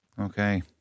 Okay